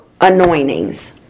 anointings